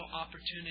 opportunity